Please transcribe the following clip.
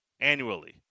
Annually